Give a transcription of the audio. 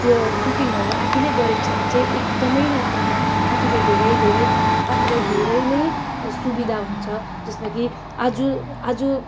त्यो कुकिङहरू आफैले गरेको छ भने चाहिँ एकदमै मात्रमा आफैलाई धेरै धेरै आफैलाई धेरै नै सुविधा हुन्छ जसमा कि आज आज